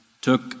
took